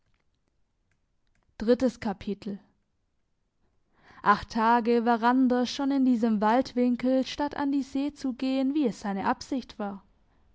acht tage war randers schon in diesem waldwinkel statt an die see zu gehen wie es seine absicht war